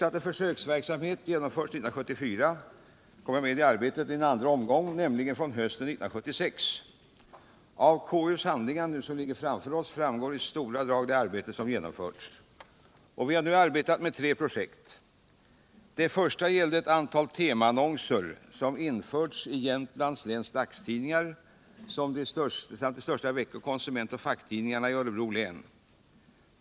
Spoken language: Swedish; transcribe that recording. Av konstitutionsutskottets handlingar som nu ligger framför oss framgår i stora drag det arbete som genomförts. Vi har arbetat med tre projekt. Det första gällde ett antal temaannonser som införts i Jämtlands läns dagstidningar samt de största vecko-, konsument och facktidningarna i Örebro län.